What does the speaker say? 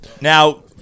Now